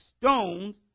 stones